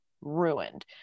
ruined